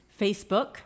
Facebook